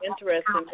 interesting